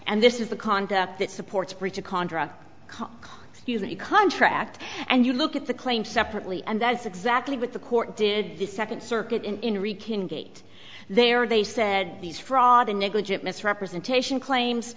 and this is the conduct that supports breach of contract excuse me contract and you look at the claim separately and that's exactly what the court did the second circuit in kin gate they are they said these fraud or negligent misrepresentation claims